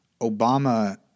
Obama